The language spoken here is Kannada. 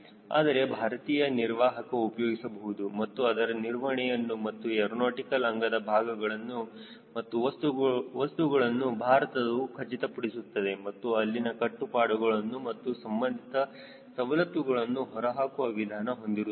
ಆದರೆ ಭಾರತೀಯ ನಿರ್ವಾಹಕ ಉಪಯೋಗಿಸಬಹುದು ಮತ್ತು ಅದರ ನಿರ್ವಹಣೆಯನ್ನು ಮತ್ತು ಏರೋನಾಟಿಕಲ್ ಅಂಗದ ಭಾಗಗಳನ್ನು ಮತ್ತು ವಸ್ತುಗಳನ್ನು ಭಾರತವು ಖಚಿತಪಡಿಸುತ್ತದೆ ಮತ್ತು ಅಲ್ಲಿನ ಕಟ್ಟುಪಾಡುಗಳನ್ನು ಮತ್ತು ಸಂಬಂಧಿತ ಸವಲತ್ತುಗಳನ್ನು ಹೊರಹಾಕುವ ವಿಧಾನ ಹೊಂದಿರುತ್ತದೆ